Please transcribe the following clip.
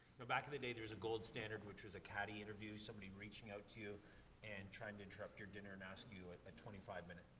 know, back in the day, there was a gold standard which was a cadi interview, somebody reaching out to you and trying to interrupt your dinner and ask you a, a twenty five minute,